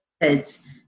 kids